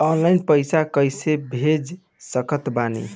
Online पैसा कैसे भेज सकत बानी?